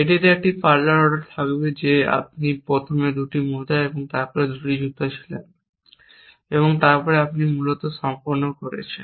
এটিতে একটি parlour order থাকবে যে আপনি প্রথমে 2টি মোজা এবং তারপরে আপনি 2টি জুতা ছিলেন এবং তারপরে আপনি মূলত সম্পন্ন করেছেন